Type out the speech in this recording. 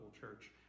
church